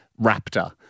Raptor